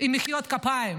עם מחיאות כפיים